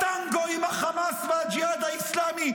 או טנגו עם החמאס ועם הג'יהאד האסלאמי,